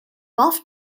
buff